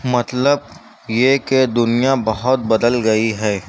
مطلب یہ کہ دنیا بہت بدل گئی ہے